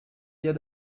ihr